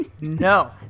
no